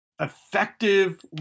effective